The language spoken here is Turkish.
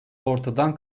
ortadan